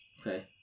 Okay